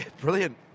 Brilliant